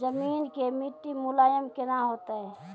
जमीन के मिट्टी मुलायम केना होतै?